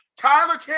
Tyler